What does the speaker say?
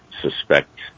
suspect